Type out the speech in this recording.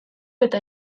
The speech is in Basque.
eta